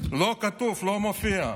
לא כתוב, לא מופיע.